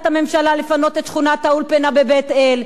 הממשלה לפנות את שכונת-האולפנה בבית-אל,